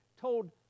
told